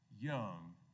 young